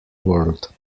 world